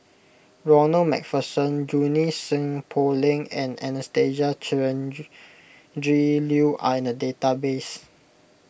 Ronald MacPherson Junie Sng Poh Leng and Anastasia Tjendri Liew are in the database